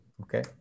okay